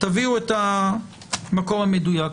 תביאו את המקור המדויק.